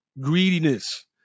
greediness